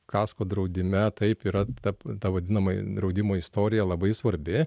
kasko draudime taip yra tap ta vadinama draudimo istorija labai svarbi